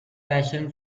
passion